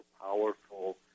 powerful